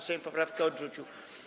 Sejm poprawkę odrzucił.